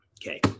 Okay